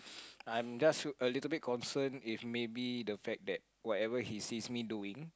I'm just a little bit concerned if maybe the fact that whatever he sees me doing